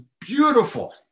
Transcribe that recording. beautiful